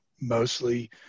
mostly